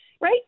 right